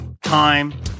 time